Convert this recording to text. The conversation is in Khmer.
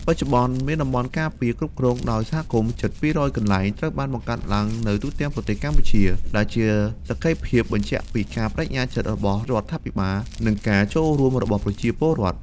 បច្ចុប្បន្ន មានតំបន់ការពារគ្រប់គ្រងដោយសហគមន៍ជិត ២០០ កន្លែងត្រូវបានបង្កើតឡើងនៅទូទាំងប្រទេសកម្ពុជា ដែលជាសក្ខីភាពបញ្ជាក់ពីការប្ដេជ្ញាចិត្តរបស់រដ្ឋាភិបាល និងការចូលរួមរបស់ប្រជាពលរដ្ឋ។